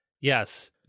yes